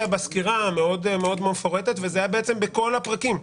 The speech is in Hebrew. בסקירה המפורטת וזה נכון לכל הפרקים.